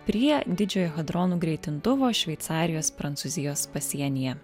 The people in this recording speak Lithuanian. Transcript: prie didžiojo hadronų greitintuvo šveicarijos prancūzijos pasienyje